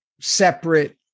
separate